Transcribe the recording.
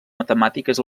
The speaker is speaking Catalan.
matemàtiques